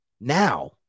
Now